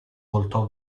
voltò